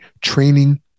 training